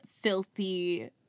filthy